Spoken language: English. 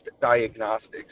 Diagnostics